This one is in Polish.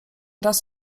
raz